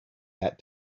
that